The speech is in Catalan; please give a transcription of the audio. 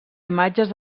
imatges